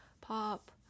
pop